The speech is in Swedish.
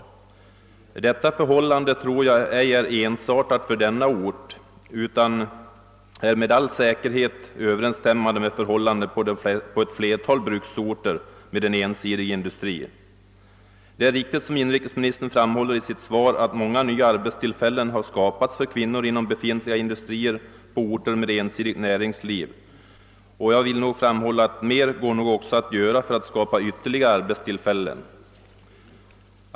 Jag tror inte att detta förhållande är utmärkande för endast denna ort utan det förekommer med all säkerhet motsvarande förhållanden på ett flertal bruksorter med en ensidig industri. Det är riktigt, såsom inrikesministern framhåller i sitt svar, att många nva arbetstillfällen har skapats för kvinnor inom befintliga industrier på orter med ensidigt näringsliv. Det är nog också möjligt att göra mer för att skapa ytterligare arbetstillfällen.